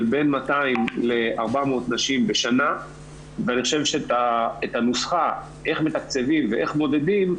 בין 200 ל-400 נשים בשנה ואני חושב שאת הנוסחה איך מתקצבים ואיך מודדים,